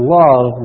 love